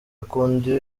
akunda